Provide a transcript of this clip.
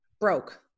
broke